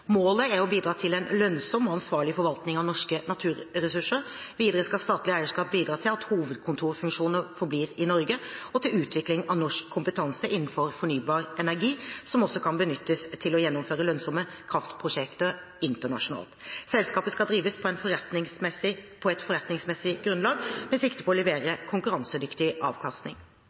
Målet er å bidra til en lønnsom og ansvarlig forvaltning av norske naturressurser. Videre skal statlig eierskap bidra til at hovedkontorfunksjoner forblir i Norge og til utvikling av norsk kompetanse innenfor fornybar energi, som også kan benyttes til å gjennomføre lønnsomme kraftprosjekter internasjonalt. Selskapet skal drives på forretningsmessig grunnlag med sikte på å levere konkurransedyktig avkastning.